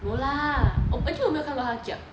no lah actually 我没有看到他 kiap